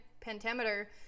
pentameter